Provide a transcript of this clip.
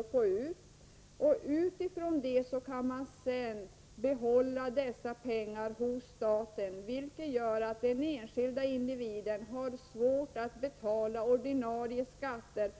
Utifrån det antagandet kan sedan staten behålla dessa pengar, vilket gör att den enskilde individen får svårt att betala sina ordinarie skatter